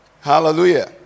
hallelujah